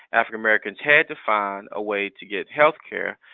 african-americans had to find a way to get healthcare,